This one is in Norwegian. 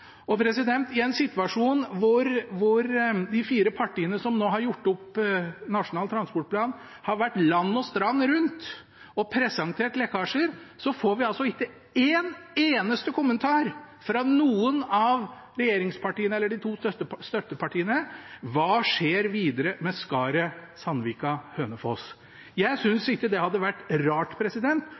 I en situasjon der de fire partiene som nå har gjort opp Nasjonal transportplan, har vært land og strand rundt og presentert lekkasjer, får vi altså ikke en eneste kommentar fra noen av regjeringspartiene eller de to støttepartiene: Hva skjer videre med Skaret–Sundvollen–Hønefoss? Jeg synes ikke det hadde vært rart